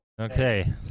Okay